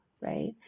right